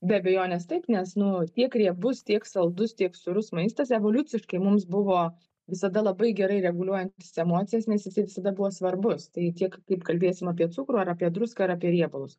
be abejonės taip nes nu tiek riebus tiek saldus tiek sūrus maistas evoliuciškai mums buvo visada labai gerai reguliuojantis emocijas nes jisai visada buvo svarbus tai tiek kaip kalbėsim apie cukrų ar apie druską ar apie riebalus